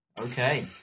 Okay